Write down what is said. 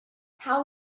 how